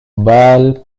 balle